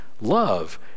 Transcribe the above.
love